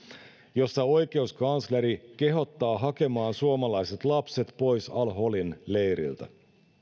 jossa oikeuskansleri kehottaa hakemaan suomalaiset lapset pois al holin leiriltä